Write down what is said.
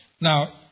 Now